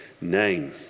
name